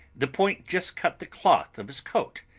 the point just cut the cloth of his coat,